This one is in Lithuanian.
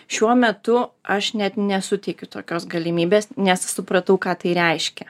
šiuo metu aš net nesuteikiu tokios galimybės nes supratau ką tai reiškia